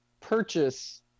purchase